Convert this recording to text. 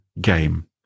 game